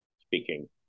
speaking